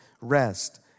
Rest